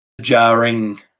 jarring